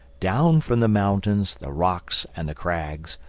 down from the mountains, the rocks and the crags,